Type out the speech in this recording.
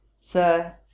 Sir